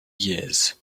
years